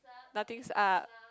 nothing's up